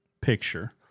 picture